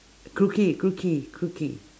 crookie crookie crookie